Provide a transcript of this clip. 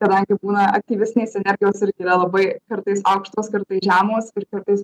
kadangi būna aktyvesnės energijos irgi yra labai kartais aukštos kartais žemos ir kartais